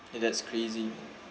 eh that's crazy